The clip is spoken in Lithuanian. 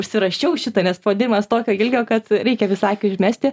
užsirašiau šitą nes pavadinimas tokio ilgio kad reikia vis akį užmesti